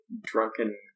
drunken